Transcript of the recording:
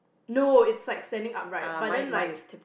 no it's like standing up right but then like